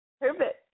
Perfect